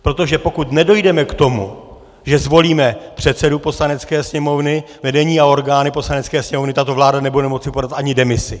Protože pokud nedojdeme k tomu, že zvolíme předsedu Poslanecké sněmovny, vedení a orgány Poslanecké sněmovny, tato vláda nebude moci podat ani demisi.